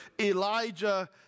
Elijah